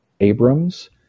Abrams